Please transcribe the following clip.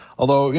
although you